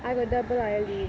I got double eyelid